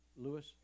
Lewis